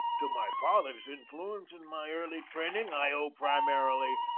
to my father's in fluence in my early training i owe, primarily,